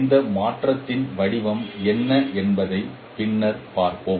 இந்த மாற்றத்தின் வடிவம் என்ன என்பதை பின்னர் பார்ப்போம்